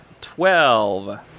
Twelve